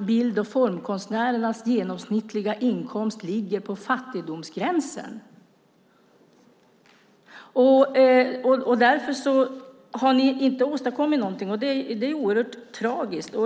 Bild och formkonstnärernas genomsnittliga inkomst ligger på fattigdomsgränsen. Därför har ni inte åstadkommit någonting. Det är oerhört tragiskt.